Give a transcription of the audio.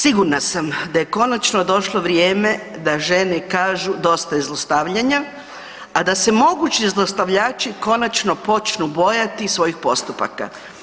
Sigurna sam da je konačno došlo vrijeme da žene kažu dosta je zlostavljanja, a da se mogući zlostavljači konačno počnu bojati svojih postupaka.